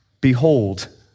behold